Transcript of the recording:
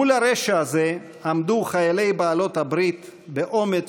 מול הרשע הזה עמדו חיילי בעלות הברית באומץ